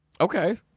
Okay